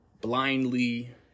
blindly